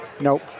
Nope